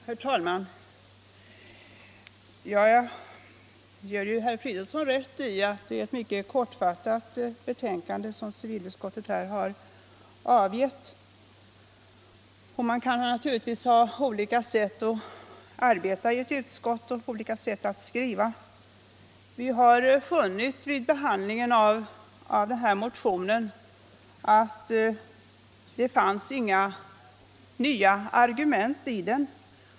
Herr talman! Jag ger herr Fridolfsson rätt i att det är ett mycket kortfattat betänkande civilutskottet här har avgivit. Man kan naturligtvis ha olika sätt att arbeta i ett utskott och olika sätt att skriva. Vi fann vid behandlingen av den här motionen att det inte fanns några nya argument i den.